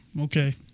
Okay